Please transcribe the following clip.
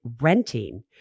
renting